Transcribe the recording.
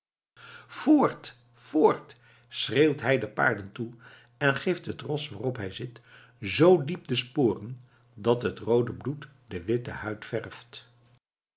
voort voort schreeuwt hij den paarden toe en geeft het ros waarop hij zit zoo diep de sporen dat het roode bloed de witte huid verft